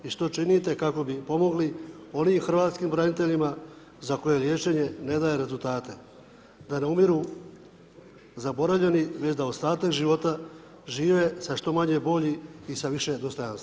I što činite kako bi pomogli onim hrvatskim braniteljima za koje liječenje ne daje rezultate da ne umiru zaboravljeni već da ostatak života žive sa što manje boli i sa više dostojanstva?